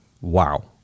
wow